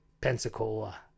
pensacola